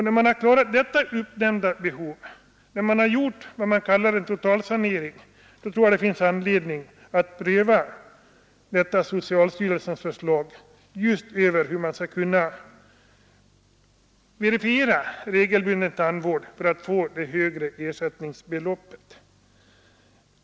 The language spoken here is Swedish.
När detta uppdämda behov har tillgodosetts, när det gjorts vad som kallats en totalsanering av patienter, finns det anledning att pröva socialstyrelsens förslag om att patienterna genom att verifiera regelbunden tandvård skall kunna få det högre ersättningsbeloppet.